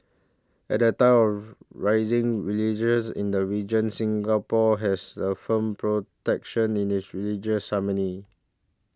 at a time of rising religious in the region Singapore has a firm protection in its religious harmony